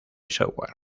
software